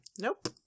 Nope